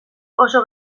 oso